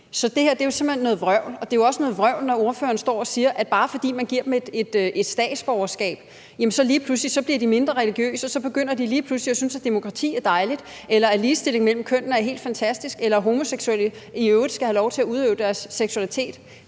Så det er jo simpelt hen noget vrøvl. Det er også noget vrøvl, når ordføreren står og siger, at bare fordi man giver dem et statsborgerskab, bliver de lige pludselig mindre religiøse, og så begynder de lige pludselig at synes, at demokrati er dejligt, eller at ligestilling mellem kønnene er helt fantastisk, eller at homoseksuelle i øvrigt skal have lov til at udøve deres seksualitet.